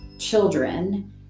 Children